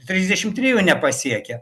trisdešimt trijų nepasiekia